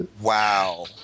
wow